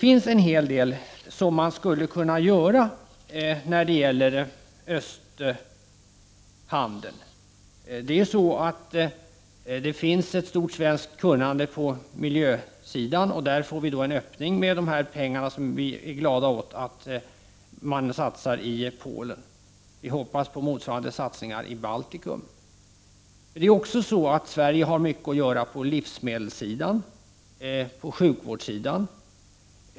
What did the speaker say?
Det är en hel del som skulle kunna göras när det gäller östhandeln. Det finns ett stort svenskt kunnande på miljösidan, och där sker det en öppning genom de pengar som vi är glada över att man satsar i Polen — vi hoppas på motsvarande satsningar i Baltikum. Sverige har också mycket att göra på livsmedelssidan och på sjukvårdssidan.